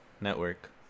network